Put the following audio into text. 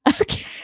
Okay